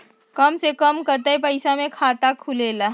कम से कम कतेइक पैसा में खाता खुलेला?